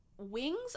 wings